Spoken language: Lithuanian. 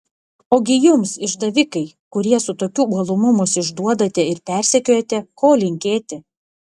ogi jums išdavikai kurie su tokiu uolumu mus išduodate ir persekiojate ko linkėti